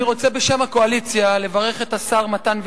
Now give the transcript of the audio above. אני רוצה בשם הקואליציה לברך את השר מתן וילנאי.